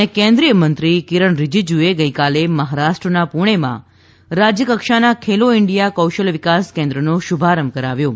ે કેન્દ્રીય મંત્રી કિરણ રીજીજૂએ ગઈકાલે મહારાષ્ટ્ર્યના પુણેમાં રાજ્યકક્ષાના ખેલો ઇન્ડિયા કૌશલ્યવિકાસ કેન્દ્રનો શુભારંભ કરાવ્યો છે